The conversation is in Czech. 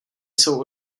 jsou